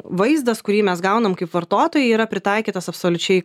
vaizdas kurį mes gaunam kaip vartotojai yra pritaikytas absoliučiai